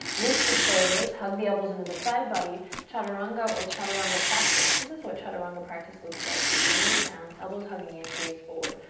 loop the shoulders, hug the elbows into the side body, chaturanga, or chaturanga practice. this is what chaturanga practice looks like, with the knees down, elbows hugging in, gaze forward.